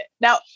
now